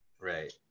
Right